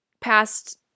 past